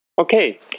Okay